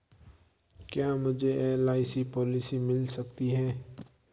क्या मुझे LIC policy मिल सकती है?